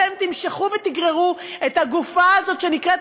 אתם תמשכו ותגררו את הגופה הזאת שנקראת